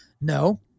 no